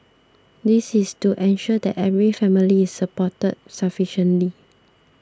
this is to ensure that every family is supported sufficiently